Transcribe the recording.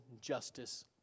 justice